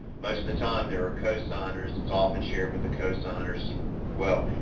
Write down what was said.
most of the time, there are co-signors, it's often shared with the co-signors as well,